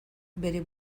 bere